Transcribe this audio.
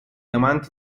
amanti